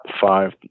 five